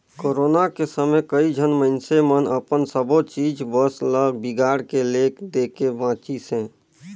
corona के समे कइझन मइनसे मन अपन सबो चीच बस ल बिगाड़ के ले देके बांचिसें